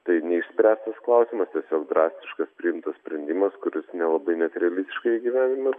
tai neišspręstas klausimas tiesiog drastiškas priimtas sprendimas kuris nelabai net realistiškai įgyvendinamas